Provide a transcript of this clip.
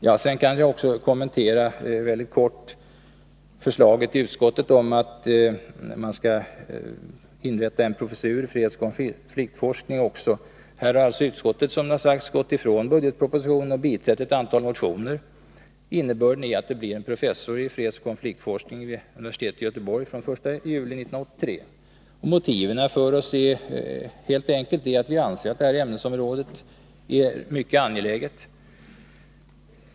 Jag skall också mycket kort kommentera utskottets förslag om att man skall inrätta en professur i fredsoch konfliktforskning. Här har alltså utskottet gått ifrån budgetpropositionen och biträtt ett antal motioner. Innebörden är att det blir en professur i fredsoch konfliktforskning i Göteborg från den 1 juli 1983. Motiven för oss är helt enkelt att vi anser att detta ämnesområde är mycket angeläget.